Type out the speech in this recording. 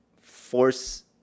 force